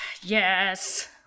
yes